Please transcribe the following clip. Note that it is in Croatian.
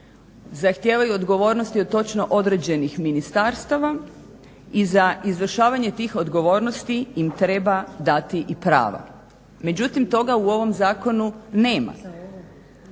Zahtijevaju odgovornosti o točno određenih ministarstava i za izvršavanje tih odgovornosti im treba dati i prava. Međutim, toga u ovom zakonu nema,